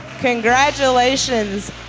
congratulations